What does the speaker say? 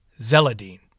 Zeladine